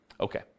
Okay